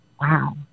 Wow